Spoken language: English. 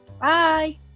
bye